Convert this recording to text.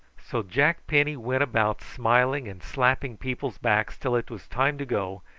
so jack penny went about smiling and slapping people's backs till it was time to go,